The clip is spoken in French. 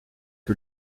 que